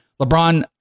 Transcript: LeBron